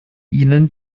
ihnen